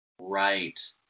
right